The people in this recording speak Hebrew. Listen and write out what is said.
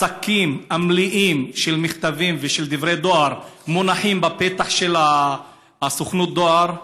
השקים המלאים של מכתבים ושל דברי דואר מונחים בפתח של סוכנות הדואר.